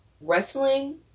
Wrestling